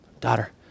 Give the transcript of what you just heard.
daughter